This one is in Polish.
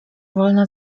wolna